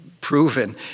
proven